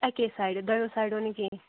اَکے سایڈٕ دۄیو سایڈو نہٕ کینٛہہ